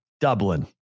Dublin